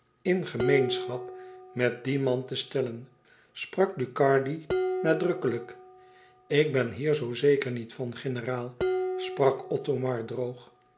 in gemeenschap met dien man te stellen sprak ducardi nadrukkelijk ik ben hier zoo zeker niet van generaal sprak othomar droog